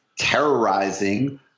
terrorizing